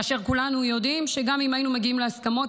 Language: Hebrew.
וכולנו יודעים שגם אם היינו מגיעים להסכמות,